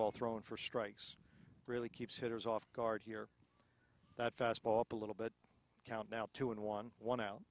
ball thrown for strikes really keeps hitters off guard here that fastball up a little bit count now two in one one out